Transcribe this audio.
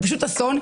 זה פשוט אסון,